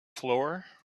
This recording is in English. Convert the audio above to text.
floor